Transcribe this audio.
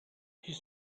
his